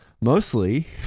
mostly